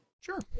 Sure